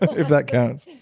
if that counts.